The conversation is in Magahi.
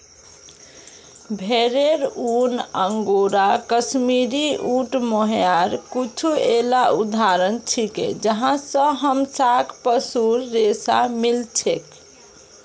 भेरेर ऊन, अंगोरा, कश्मीरी, ऊँट, मोहायर कुछू येला उदाहरण छिके जहाँ स हमसाक पशुर रेशा मिल छेक